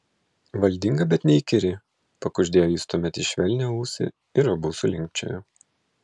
valdinga bet neįkyri pakuždėjo jis tuomet į švelnią ausį ir abu sulinkčiojo